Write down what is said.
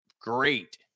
great